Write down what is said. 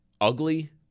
ugly